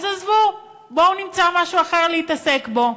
אז עזבו, בואו נמצא משהו אחר להתעסק בו.